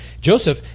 Joseph